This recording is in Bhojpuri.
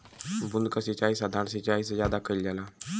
बूंद क सिचाई साधारण सिचाई से ज्यादा कईल जाला